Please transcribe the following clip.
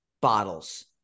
bottles